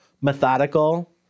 methodical